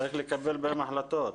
צריך לקבל בהם החלטות.